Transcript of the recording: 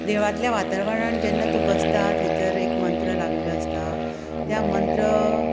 देवळांतलें वातावरण जेन्ना तूं बसतां थंयसर एक मंत्र लायिल्लो आसता त्या मंत्र